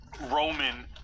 Roman